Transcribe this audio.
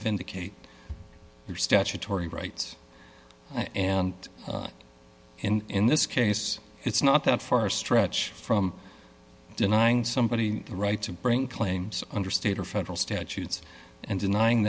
vindicate statutory rights and in this case it's not that far stretch from denying somebody the right to bring claims under state or federal statutes and denying